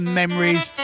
memories